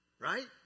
Right